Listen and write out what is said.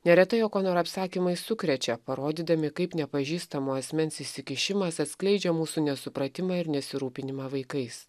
neretai okonar apsakymai sukrečia parodydami kaip nepažįstamo asmens įsikišimas atskleidžia mūsų nesupratimą ir nesirūpinimą vaikais